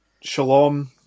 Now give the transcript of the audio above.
shalom